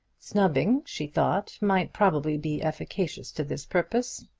snubbing, she thought, might probably be efficacious to this purpose,